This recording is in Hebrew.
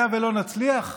היה ולא נצליח,